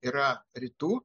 yra rytų